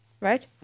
right